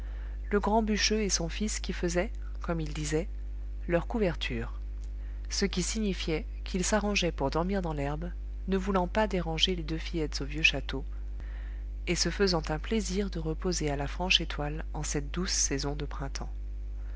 le grand bûcheux et son fils qui faisaient comme ils disaient leur couverture ce qui signifiait qu'ils s'arrangeaient pour dormir dans l'herbe ne voulant pas déranger les deux fillettes au vieux château et se faisant un plaisir de reposer à la franche étoile en cette douce saison de printemps